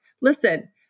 listen